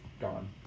gone